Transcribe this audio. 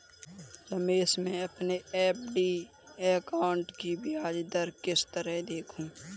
रमेश मैं अपने FD account की ब्याज दर किस तरह देखूं?